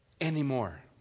anymore